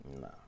No